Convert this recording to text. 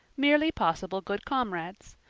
merely possible good comrades.